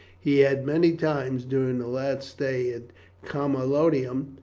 he had many times, during the lad's stay at camalodunum,